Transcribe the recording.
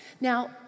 Now